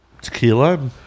Tequila